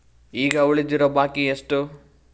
ಈಗ ಉಳಿದಿರೋ ಬಾಕಿ ಎಷ್ಟು?